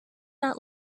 not